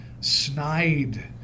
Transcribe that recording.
snide